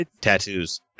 Tattoos